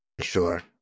Sure